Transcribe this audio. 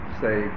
say